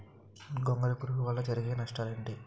గొంగళి పురుగు వల్ల జరిగే నష్టాలేంటి?